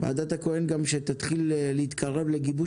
ועדת הכהן כשתתחיל להתקרב לגיבוש